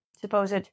supposed